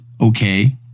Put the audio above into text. okay